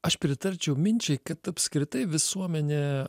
aš pritarčiau minčiai kad apskritai visuomenė